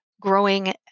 growing